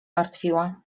martwiła